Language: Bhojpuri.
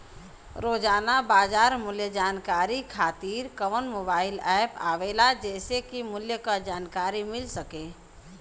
रोजाना बाजार मूल्य जानकारी खातीर कवन मोबाइल ऐप आवेला जेसे के मूल्य क जानकारी मिल सके?